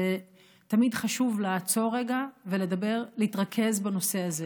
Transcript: תמיד חשוב לעצור רגע ולהתרכז בנושא הזה.